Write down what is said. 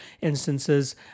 instances